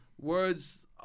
words